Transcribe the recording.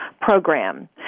program